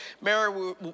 Mary